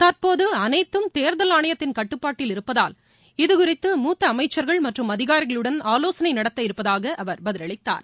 தற்போது அனைத்தும் தேர்தல் ஆணையத்தின் கட்டுப்பாட்டில் இருப்பதால் இது குறித்து மூத்த அமைச்சர்கள் மற்றும் அதிகாரிகளுடன் ஆலோசனை நடத்த இருப்பதாக அவர் பதிலளித்தார்